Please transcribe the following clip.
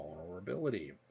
vulnerability